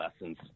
lessons